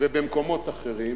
ובמקומות אחרים,